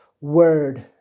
word